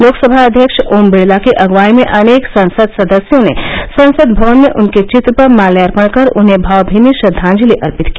लोकसभा अध्यक्ष ओम बिड़ला की अगुवाई में अनेक संसद सदस्यों ने संसद भवन में उनके चित्र पर माल्यार्पण कर उन्हें भावभीनी श्रद्वांजलि अर्पित की